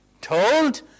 told